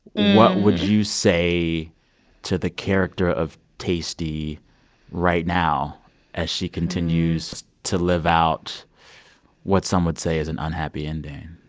what would you say to the character of taystee right now as she continues to live out what some would say is an unhappy ending?